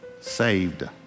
saved